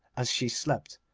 as she slept,